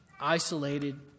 Isolated